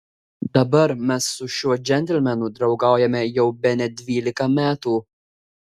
dabar mes su šiuo džentelmenu draugaujame jau bene dvylika metų